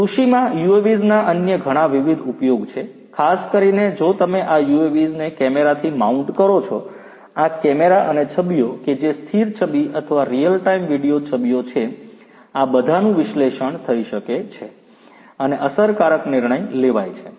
કૃષિમાં UAVs ના અન્ય ઘણાં વિવિધ ઉપયોગ છે ખાસ કરીને જો તમે આ UAVs ને કેમેરાથી માઉન્ટ કરો છો આ કેમેરા અને છબીઓ કે જે સ્થિર છબી અથવા રીઅલ ટાઇમ વિડિઓ છબીઓ છે આ બધાનું વિશ્લેષણ થઈ શકે છે અને અસરકારક નિર્ણય લેવાય છે